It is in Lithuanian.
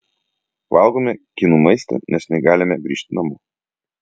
valgome kinų maistą nes negalime grįžt namo